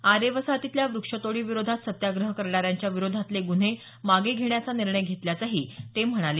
आरे वसाहतीतल्या व्क्षतोडी विरोधात सत्याग्रह करणाऱ्यांच्या विरोधातले गुन्हे मागे घेण्याचा निर्णय घेतल्याचंही ते म्हणाले